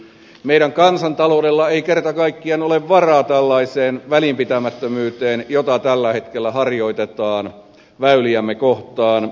meidän kansantaloudellamme ei kerta kaikkiaan ole varaa tällaiseen välinpitämättömyyteen jota tällä hetkellä harjoitetaan väyliämme kohtaan